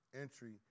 entry